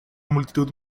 multitud